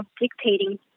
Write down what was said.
dictating